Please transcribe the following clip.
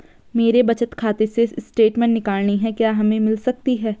मेरे बचत खाते से स्टेटमेंट निकालनी है क्या हमें मिल सकती है?